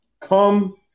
come